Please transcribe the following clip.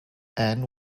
and